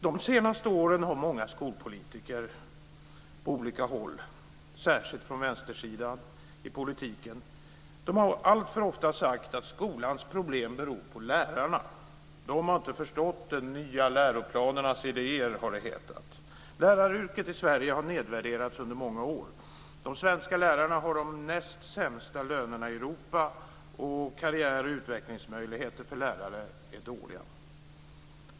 De senaste åren har många skolpolitiker på olika håll, särskilt på vänstersidan, alltför ofta sagt att skolans problem beror på lärarna. "De har inte förstått de nya läroplanernas idéer", har det hetat. Läraryrket i Sverige har nedvärderats under många år. De svenska lärarna har de näst sämsta lönerna i Europa, och karriär och utvecklingsmöjligheter för lärare är dåliga.